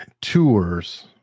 tours